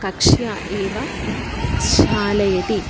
कक्षाम् एव क्षालयति